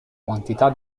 quantità